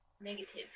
Negative